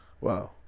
Wow